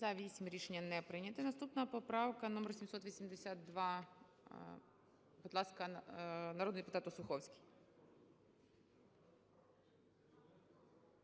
За-8 Рішення не прийнято. Наступна поправка - номер 782. Будь ласка, народний депутат Осуховський.